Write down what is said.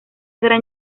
gran